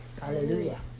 Hallelujah